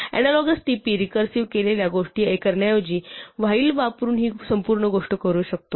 analogous TP recursive केलेल्या गोष्टी करण्याऐवजी व्हाईल वापरून ही संपूर्ण गोष्ट करू शकतो